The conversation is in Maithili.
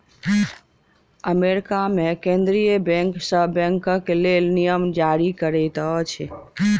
अमेरिका मे केंद्रीय बैंक सभ बैंकक लेल नियम जारी करैत अछि